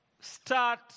start